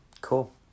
Cool